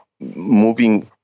moving